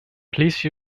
please